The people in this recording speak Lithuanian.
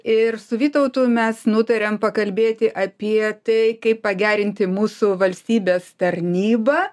ir su vytautu mes nutariam pakalbėti apie tai kaip pagerinti mūsų valstybės tarnybą